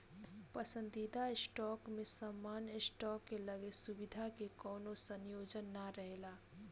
पसंदीदा स्टॉक में सामान्य स्टॉक के लगे सुविधा के कवनो संयोजन ना रहेला